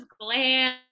glam